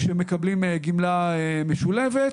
שמקבלים גמלה משולבת.